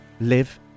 live